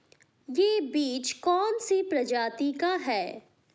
यह बीज कौन सी प्रजाति का है?